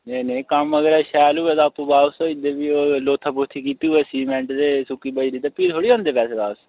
नेईं नेईं कम्म अगर शैल होए दा होवे ते वापस होई जंदे फ्ही ओह् लोथा पोथी कीती होए सीमेंट ते सुक्की बजरी ते फ्ही थोह्ड़ी औंदे पैसे वापस